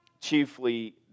Chiefly